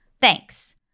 Thanks